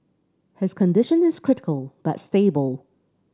his condition is critical but stable